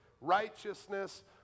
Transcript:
righteousness